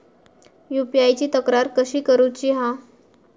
UPI ची तक्रार कशी करुची हा?